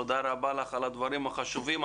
תודה רבה לך על הדברים החשובים.